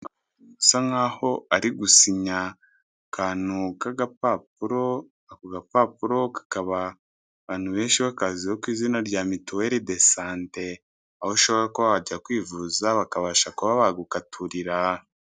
...usa nk'aho ari gusinya akantu k'agapapuro. Ako gapapuro kakaba abantu benshi b'akazi ku izina rya mituweli de sante, aho ushobora kuba wajya kwivuza bakabasha kuba bagukaturira.